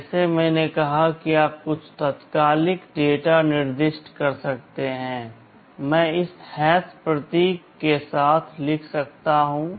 जैसे मैंने कहा कि आप कुछ तात्कालिक डेटा निर्दिष्ट कर सकते हैं मैं इस हैश प्रतीक के साथ लिख सकता हूं